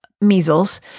measles